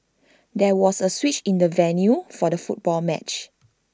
there was A switch in the venue for the football match